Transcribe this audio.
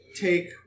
take